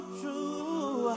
true